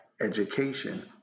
education